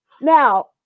now